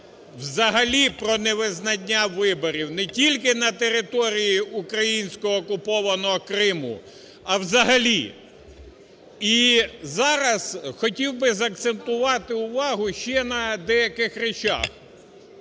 взагалі про невизнання виборів не тільки на території українського окупованого Криму, а взагалі. І зараз хотів би закцентувати увагу ще на деяких речах.